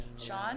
Sean